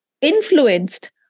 influenced